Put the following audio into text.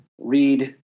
read